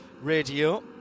radio